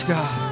God